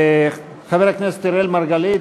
חבר הכנסת אראל מרגלית,